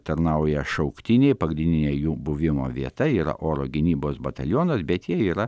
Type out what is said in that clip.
tarnauja šauktiniai pagrindinė jų buvimo vieta yra oro gynybos batalionas bet jie yra